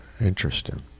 Interesting